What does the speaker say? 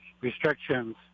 restrictions